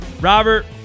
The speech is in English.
Robert